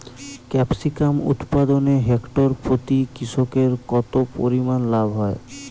Capsicum উৎপাদনে hectare প্রতি কৃষকের কত পরিমান লাভ হয়?